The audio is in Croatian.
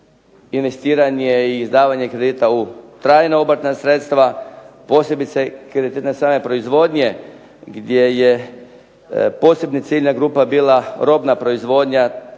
investiranje i izdavanje kredita u trajna obrtna sredstva, posebice kreditiranja same proizvodnje gdje je posebna ciljna grupa bila robna proizvodnja